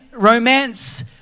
romance